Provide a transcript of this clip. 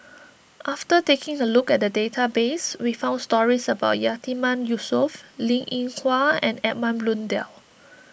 after taking a look at the database we found stories about Yatiman Yusof Linn in Hua and Edmund Blundell